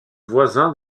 voisin